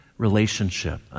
Relationship